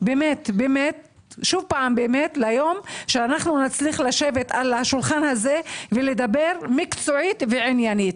באמת ליום שנצליח לשבת סביב השולחן הזה ולדבר מקצועית ועניינית.